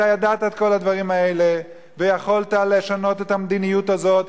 אתה ידעת את כל הדברים האלה ויכולת לשנות את המדיניות הזאת,